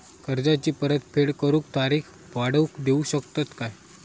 कर्जाची परत फेड करूक तारीख वाढवून देऊ शकतत काय?